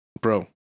Bro